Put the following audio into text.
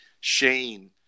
Shane